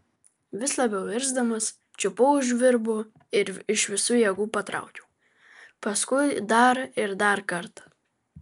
vis labiau irzdamas čiupau už virbų ir iš visų jėgų patraukiau paskui dar ir dar kartą